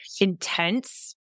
intense